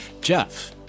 Jeff